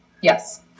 Yes